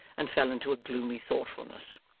and fell into a gloomy thoughtfulness.